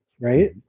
Right